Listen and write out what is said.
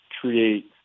create